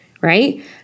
right